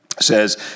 says